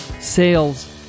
sales